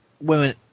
women